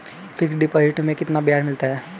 Fix deposit में कितना ब्याज मिलता है?